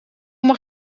mag